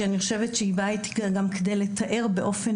שאני חושבת שהיא באה גם כדי לתאר באופן